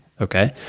Okay